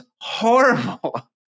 horrible